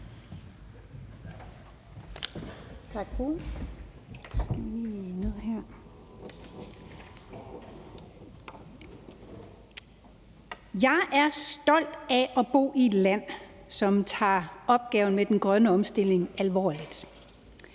Jeg er stolt af at bo i et land, som tager opgaven med den grønne omstilling alvorligt,